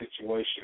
situation